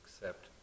accept